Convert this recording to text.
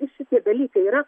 ir šitie dalykai yra